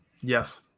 Yes